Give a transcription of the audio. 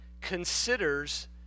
considers